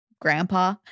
Grandpa